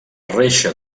reixa